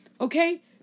Okay